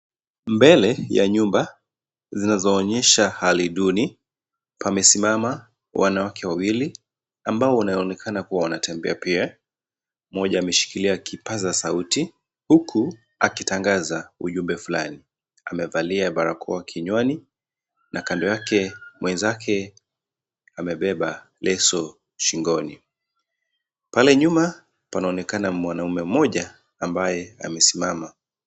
Mbele ya nyumba zinazoonyesha hali duni, pamesimama wanawake wawili ambao wanaonekana kuwa wanatembea pia. Mmoja ameshikilia kipaza sauti huku akitangaza ujumbe fulani. Amevalia barakoa kinywani na kando yake mwenzake amebeba leso shingoni. Pale nyuma panaonekana mwanaume mmoja ambaye amesimama.